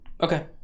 Okay